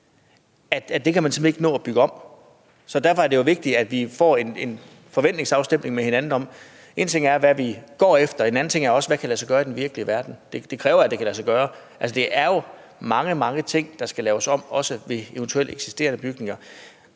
at man simpelt hen ikke kan nå at bygge det om. Derfor er det jo vigtigt, at vi får en forventningsafstemning med hinanden, for en ting er, hvad vi går efter, men en anden ting er, hvad der kan lade sig gøre i den virkelige verden. Det kræver, at det kan lade sig gøre. Altså, det er jo mange, mange ting, der skal laves om, også ved eventuelle eksisterende bygninger.